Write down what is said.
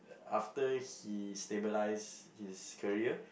after he stabilize his career